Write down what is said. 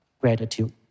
gratitude